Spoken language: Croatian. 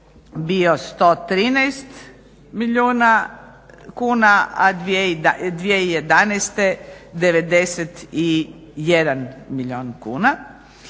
bio 113 milijuna kuna, a 2011. 91 milijun kuna.